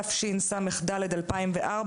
תשס"ד-2004,